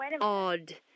odd